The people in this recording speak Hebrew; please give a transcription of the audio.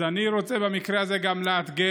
אז אני רוצה במקרה הזה גם לאתגר